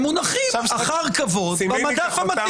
הם מונחים אחר כבוד במדף המתאים